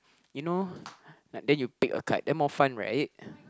you know like then you take a card then more fun right